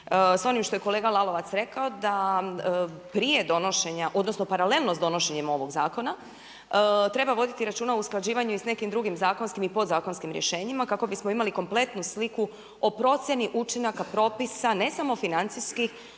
sa onim što je kolega Lalovac rekao da prije donošenja, odnosno paralelno sa donošenjem ovog zakona treba voditi računa o usklađivanju i sa nekim drugim zakonskim i podzakonskim rješenjima kako bismo imali kompletnu sliku o procjeni učinaka, propisa, ne samo financijskih